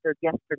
yesterday